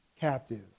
captive